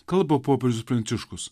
kalba popiežius pranciškus